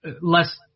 less –